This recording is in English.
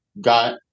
got